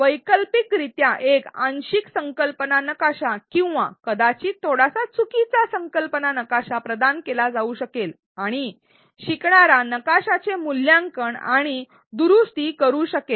वैकल्पिकरित्या एक आंशिक संकल्पना नकाशा किंवा कदाचित थोडासा चुकीचा संकल्पना नकाशा प्रदान केला जाऊ शकेल आणि शिकणारा नकाशाचे मूल्यांकन आणि दुरुस्त करू शकेल